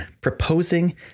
proposing